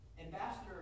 ambassador